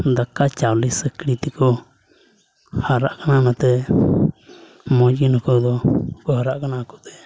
ᱫᱟᱠᱟ ᱪᱟᱣᱞᱮ ᱥᱟᱹᱠᱲᱤ ᱛᱮᱠᱚ ᱦᱟᱨᱟᱜ ᱠᱟᱱᱟ ᱚᱱᱟᱛᱮ ᱢᱚᱡᱽ ᱜᱮ ᱱᱩᱠᱩ ᱫᱚ ᱦᱟᱨᱟᱜ ᱠᱟᱱᱟ ᱟᱠᱚᱛᱮ